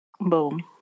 Boom